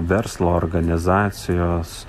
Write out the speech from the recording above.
verslo organizacijos